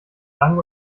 lang